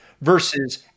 versus